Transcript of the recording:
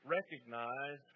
recognize